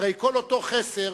הרי כל אותו חסר,